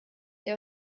der